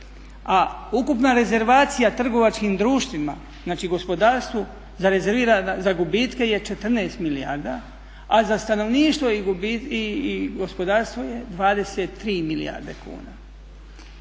ukupna rezervacija trgovačkim društvima, znači gospodarstvu rezervirana za gubitke je 14 milijarda, a stanovništvo i gospodarstvo je 23 milijarde kuna.